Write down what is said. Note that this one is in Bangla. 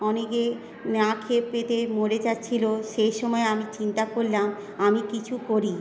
অনেকে না খেতে পেয়ে মরে যাচ্ছিল সেই সময় আমি চিন্তা করলাম আমি কিছু করি